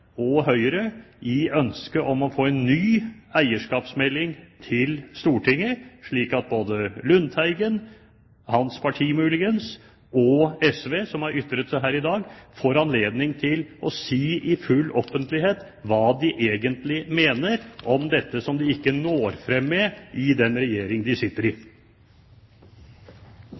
hans parti muligens og SV, som har ytret seg her i dag, i full offentlighet får anledning til å si hva de egentlig mener om dette som de ikke når frem med i den regjeringen de sitter i.